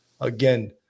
again